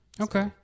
Okay